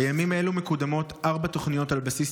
בימים אלו מקודמות ארבע תוכניות על בסיס